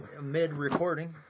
mid-recording